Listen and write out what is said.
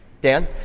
Dan